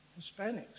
Hispanics